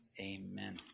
Amen